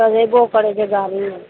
चलेबो करै छै गाड़ी